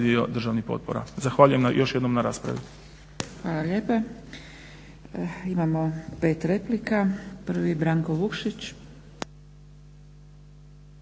dio državnih potpora. Zahvaljujem još jednom na raspravi.